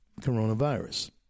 coronavirus